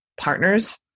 partners